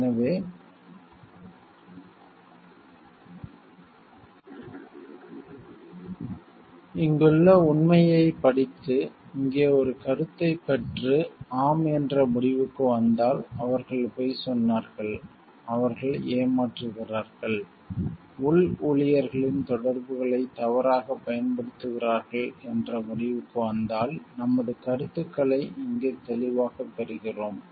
எனவே இங்குள்ள உண்மையைப் படித்து இங்கே ஒரு கருத்தைப் பெற்று ஆம் என்ற முடிவுக்கு வந்தால் அவர்கள் பொய் சொன்னார்கள் அவர்கள் ஏமாற்றுகிறார்கள் உள் ஊழியர்களின் தொடர்புகளைத் தவறாகப் பயன்படுத்துகிறார்கள் என்ற முடிவுக்கு வந்தால் நமது கருத்துக்களை இங்கே தெளிவாகப் பெறுகிறோம்